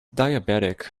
diabetic